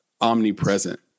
omnipresent